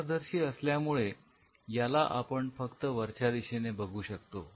अपारदर्शी असल्यामुळे याला आपण फक्त वरच्या दिशेने बघू शकतो